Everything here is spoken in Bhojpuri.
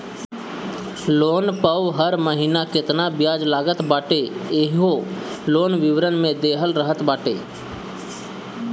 लोन पअ हर महिना केतना बियाज लागत बाटे इहो लोन विवरण में देहल रहत बाटे